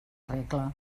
regla